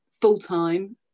full-time